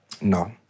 No